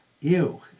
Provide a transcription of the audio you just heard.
ew